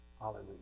Hallelujah